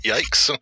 Yikes